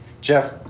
Jeff